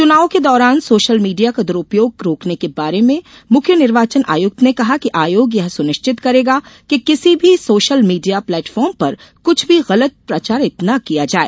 चुनाव के दौरान सोशल मीडिया का दुरुपयोग रोकने के बारे में मुख्य निर्वाचन आयुक्त ने कहा कि आयोग यह सुनिश्चित करेगा कि किसी भी सोशल मीडिया प्लेटफॉर्म पर कुछ भी गलत प्रचारित न किया जाए